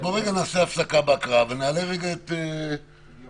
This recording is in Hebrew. נעשה רקע הפסקה בהקראה ונעלה את יוכי.